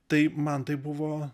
tai man tai buvo